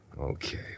Okay